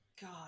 god